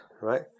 right